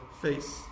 face